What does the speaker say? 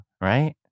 Right